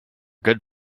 good